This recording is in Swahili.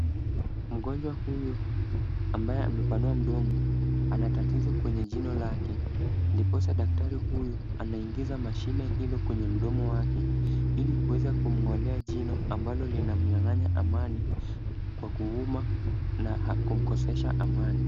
Mgonjwa huyu ambaye amepanua mdomo ana tatizo kwenye jino lake, ndiposa daktari huyu anaingiza mashine hiyo kwenye mdomo wake, ili kuweza kumng'olea jino ambalo linamnyang'anya amani kwa kuuma na kumkosesha amani.